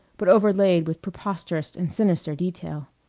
but overlaid with preposterous and sinister detail.